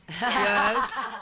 Yes